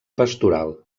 pastoral